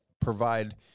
provide